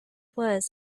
was